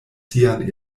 sian